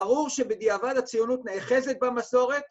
‫ברור שבדיעבד הציונות ‫נאחזת במסורת.